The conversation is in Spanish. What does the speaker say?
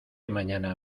mañana